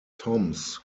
toms